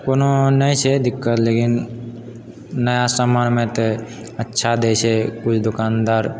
कोनो नहि छै दिक्कत लेकिन नया सामानमे तऽ अच्छा दै छै किछु दुकानदार